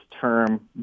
term